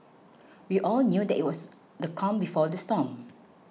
we all knew that it was the calm before the storm